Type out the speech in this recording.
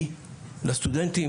כי לסטודנטים,